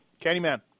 Candyman